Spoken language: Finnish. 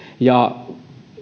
ja